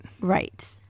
Right